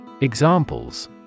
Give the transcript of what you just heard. Examples